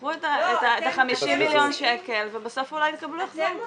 תשפכו את ה-50 מיליון שקל, ובסוף אולי תקבלו החזר.